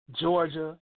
Georgia